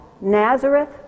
Nazareth